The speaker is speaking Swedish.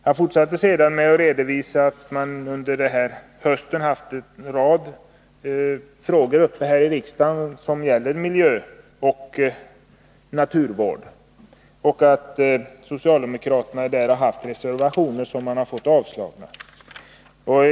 Han fortsatte sedan med att redovisa att man under hösten här i riksdagen haft uppe till behandling en rad frågor om miljöoch naturvård och att socialdemokraterna i dessa fått avslag på ett antal reservationer.